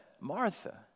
Martha